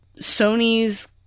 Sony's